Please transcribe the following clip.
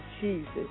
Jesus